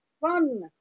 fun